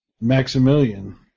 Maximilian